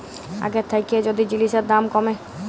আগের থ্যাইকে যদি জিলিসের দাম ক্যমে